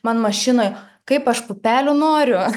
man mašinoje kaip aš pupelių noriu